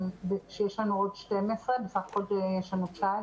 יש לנו עוד 12, בסך הכול יש לנו 19,